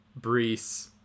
Brees